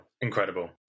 incredible